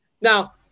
now